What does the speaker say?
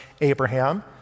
Abraham